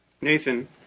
Nathan